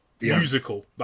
musical